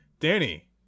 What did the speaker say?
Danny